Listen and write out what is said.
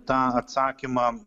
tą atsakymą